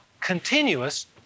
continuous